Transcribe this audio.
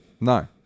No